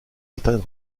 certaines